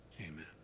Amen